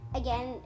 again